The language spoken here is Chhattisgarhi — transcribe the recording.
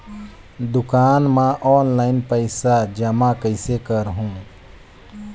दुकान म ऑनलाइन पइसा जमा कइसे करहु?